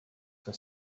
for